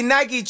Nike